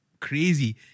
crazy